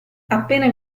appena